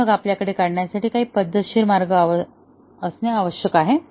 पण मग आपल्याकडे हे काढण्यासाठी काही पद्धतशीर मार्ग असणे आवश्यक आहे